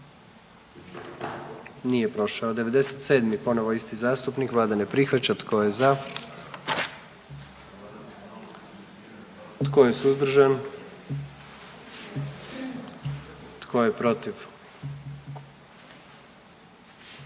dio zakona. 44. Kluba zastupnika SDP-a, vlada ne prihvaća. Tko je za? Tko je suzdržan? Tko je protiv?